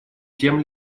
тем